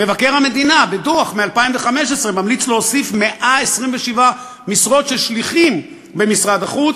מבקר המדינה בדוח מ-2015 ממליץ להוסיף 127 משרות של שליחים במשרד החוץ,